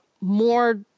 more